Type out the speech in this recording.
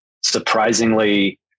surprisingly